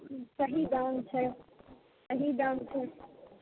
सही दाम छै सही दाम छै